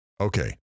Okay